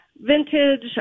vintage